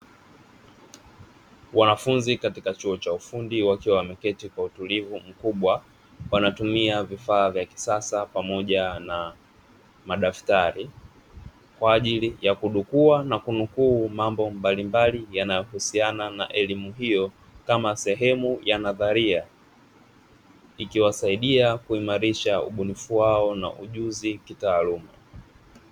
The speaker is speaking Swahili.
Wanafunzi katika chuo cha ufundi wakiwa wameketi kwa utulivu mkubwa, wanatumia vifaa vya kisasa pamoja na madaftari kwa ajili ya kudukua na kunukuu mambo mbalimbali yanayohusiana na elimu hiyo kama sehemu ya nadharia, ikiwasaidia kuimarisha ubunifu wao na ujuzi kitaaluma.